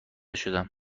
شدم